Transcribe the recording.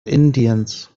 indiens